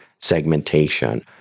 segmentation